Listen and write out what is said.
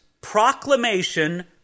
proclamation